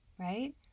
right